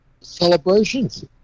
celebrations